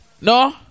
No